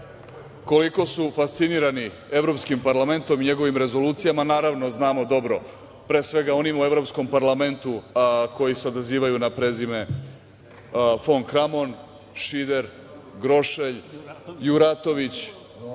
koliko su fascinirani Evropskim parlamentom i njegovim rezolucijama, naravno, znamo dobro, pre svega onim u Evropskom parlamentu koji se odazivaju na prezime Fon Kramon, Šider, Grošelj, Juratović,